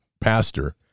pastor